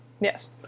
Yes